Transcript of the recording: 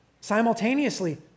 simultaneously